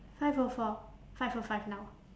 five O four five O five now